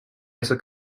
also